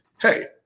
hey